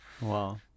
wow